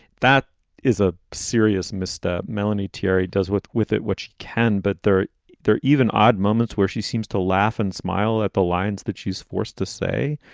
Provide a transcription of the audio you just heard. that is a serious misstep. melanie terry does what with it, what she can. but there are even odd moments where she seems to laugh and smile at the lines that she's forced to say.